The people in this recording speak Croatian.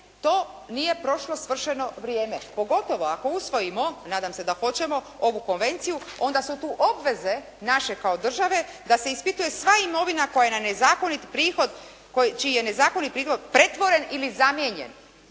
to nije prošlo svršeno vrijeme, pogotovo ako usvojimo, a nadam se da hoćemo ovu konvenciju, onda su tu obveze naše kao države da se ispituje sva imovina koja na nezakonit prihod, čiji je